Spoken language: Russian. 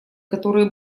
которые